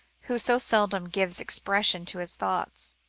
who so seldom gave expression to his thoughts.